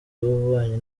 w’ububanyi